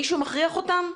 מישהו מכריח אותם?